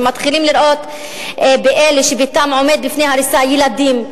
הם מתחילים לראות באלה שביתם עומד בפני הריסה ילדים,